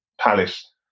Palace